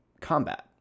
combat